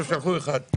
היום יושב פה נציג אחד.